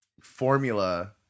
formula